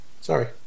Sorry